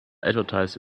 advertise